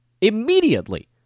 immediately